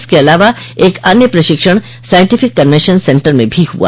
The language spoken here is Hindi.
इसके अलावा एक अन्य प्रशिक्षण सांइटिफिक कन्वेशन सेंटर में भी हुआ